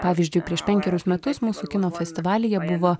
pavyzdžiui prieš penkerius metus mūsų kino festivalyje buvo